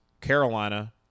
Carolina